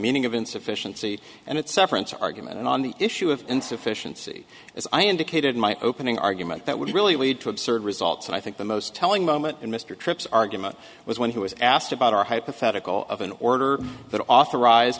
meaning of insufficiency and its sufferance argument on the issue of insufficiency as i indicated in my opening argument that would really lead to absurd results and i think the most telling moment in mr tripp's argument was when he was asked about our hypothetical of an order that authorized